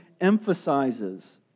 emphasizes